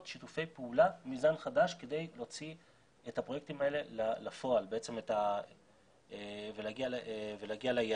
שיתופי פעולה מזן חדש כדי להוציא את הפרויקטים האלה לפועל ולהגיע ליעדים.